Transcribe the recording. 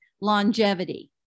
longevity